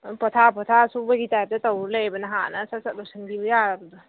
ꯑꯗꯨꯝ ꯄꯣꯊꯥ ꯄꯣꯊꯥ ꯁꯨꯕꯒꯤ ꯇꯥꯏꯞꯇ ꯇꯧꯔꯒ ꯂꯩꯔꯦꯕ ꯅꯍꯥꯟꯅ ꯁꯠ ꯁꯠ ꯂꯣꯏꯁꯤꯟꯕꯤꯕ ꯌꯥꯔꯕꯗꯣ